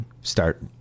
start